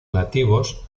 nativos